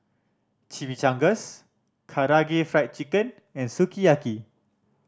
Chimichangas Karaage Fried Chicken and Sukiyaki